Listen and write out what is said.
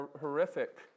horrific